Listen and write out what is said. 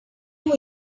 knew